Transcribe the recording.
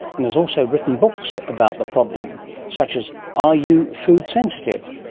and has also written books about the problem such as are you food sensitive,